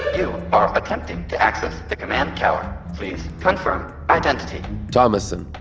you are attempting to access the command tower please confirm identity thomassen